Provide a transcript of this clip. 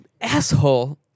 asshole